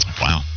Wow